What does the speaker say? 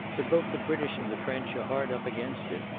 but both the british and the french are hard up against it.